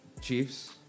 Chiefs